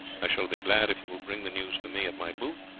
i shall be glad if you will bring the news to me at my booth,